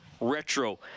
retro